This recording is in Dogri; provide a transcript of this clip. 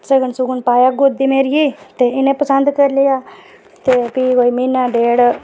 ते सगन पाया गोदा मेरियै च ते इ'नें सगन पाया ते भी कोई म्हीना डेढ़